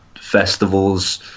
festivals